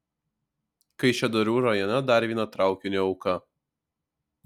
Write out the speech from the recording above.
kaišiadorių rajone dar viena traukinio auka